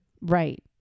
Right